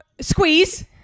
Squeeze